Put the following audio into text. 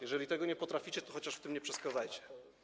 Jeżeli tego nie potraficie, to chociaż w tym nie przeszkadzajcie.